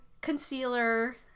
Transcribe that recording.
concealer